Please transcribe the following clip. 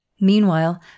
Meanwhile